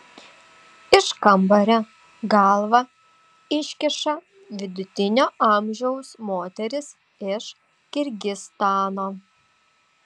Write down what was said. iš kambario galvą iškiša vidutinio amžiaus moteris iš kirgizstano